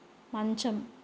మంచం